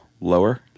Lower